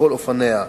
בכל אופניה,